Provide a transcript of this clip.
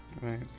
right